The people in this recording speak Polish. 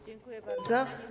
Dziękuję bardzo.